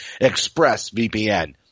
ExpressVPN